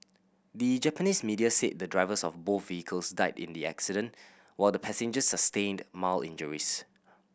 the Japanese media said the drivers of both vehicles died in the accident while the passengers sustained mild injuries